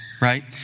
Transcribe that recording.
right